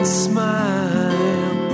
smile